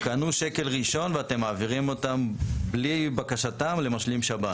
הם קנו שקל ראשון ואתם מעבירים אותם בלי בקשתם למשלים שב"ן.